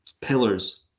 pillars